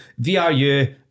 VRU